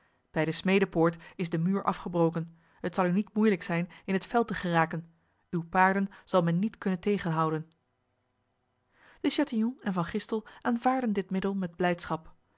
bij de smedenpoort is de muur afgebroken het zal u niet moeilijk zijn in het veld te geraken uw paarden zal men niet kunnen tegenhouden de chatillon en van gistel aanvaardden dit middel met blijdschap